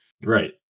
Right